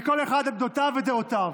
לכל אחד עמדותיו ודעותיו.